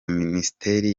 minisiteri